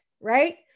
right